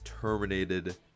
terminated